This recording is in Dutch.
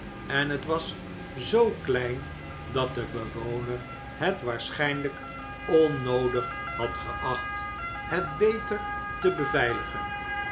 en het was zoo klein dat de bewoner het waarschijnlijk onnoodig had geacht het beter te